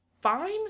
fine